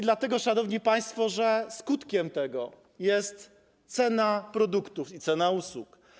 Dlatego, szanowni państwo, że skutkiem tego jest cena produktów i cena usług.